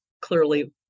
clearly